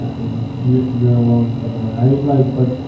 and you're, you're along for the ride, like. but,